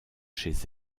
chez